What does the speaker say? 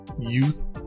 youth